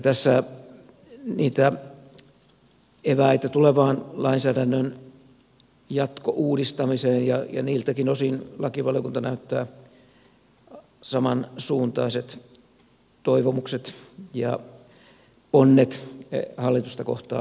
tässä niitä eväitä tulevaan lainsäädännön jatkouudistamiseen ja niiltäkin osin lakivaliokunta näyttää samansuuntaiset toivomukset ja ponnet hallitusta kohtaan esittäneen